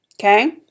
Okay